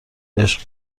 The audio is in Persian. عشق